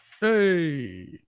Hey